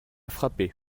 frappé